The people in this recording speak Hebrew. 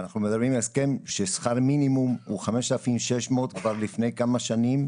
אנחנו מדברים על הסכם שבו שכר מינימום הוא 5,600 שקל כבר לפני כמה שנים,